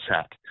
set